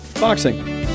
Boxing